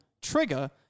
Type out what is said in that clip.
Trigger